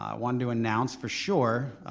ah wanted to announce, for sure,